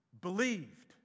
believed